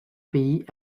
pays